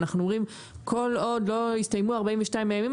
ואנחנו אומרים כל עוד לא הסתיימו 42 הימים,